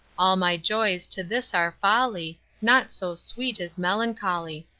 all my joys to this are folly, naught so sweet as melancholy.